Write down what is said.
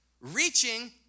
reaching